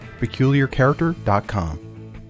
PeculiarCharacter.com